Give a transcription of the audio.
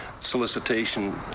solicitation